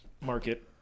market